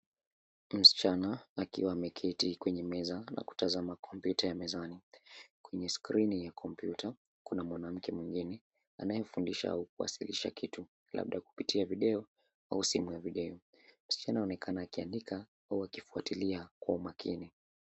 Msichana akiwa ameketi kwenye meza na kutazama kompyuta ya mezani. Kwenye skrini ya kompyuta kuna mwanamke mwengine anayefundisha au kuwasilisha kitu labda kupitia video au simu ya video. Msichana aonekana akiandika au akifuatilia kwa umakini.